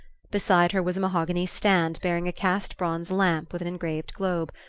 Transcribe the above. beside her was a mahogany stand bearing a cast bronze lamp with an engraved globe,